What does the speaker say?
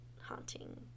haunting